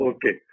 Okay